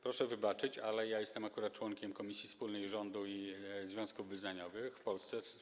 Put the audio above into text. Proszę wybaczyć, ale akurat jestem członkiem komisji wspólnej rządu i związków wyznaniowych w Polsce.